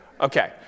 Okay